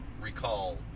recall